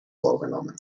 vorgenommen